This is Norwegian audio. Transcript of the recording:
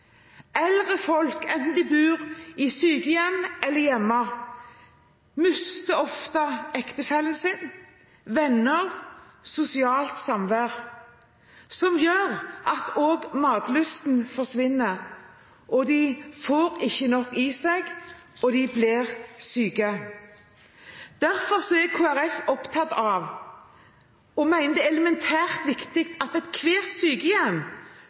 Eldre folk, enten de bor i sykehjem eller hjemme, mister ofte ektefellen sin, venner og sosialt samvær, noe som gjør at også matlysten forsvinner, de får ikke nok i seg, og de blir syke. Derfor er Kristelig Folkeparti opptatt av og mener det er elementært viktig at ethvert sykehjem